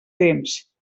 temps